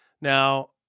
Now